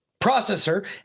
processor